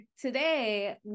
Today